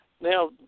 Now